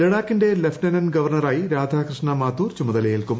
ലഡാക്കിന്റെ lieutenant ഗവർണറായി രാധാകൃഷ്ണ മാതൂർ ചുമതലയേൽക്കും